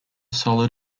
solid